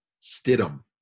Stidham